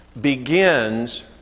begins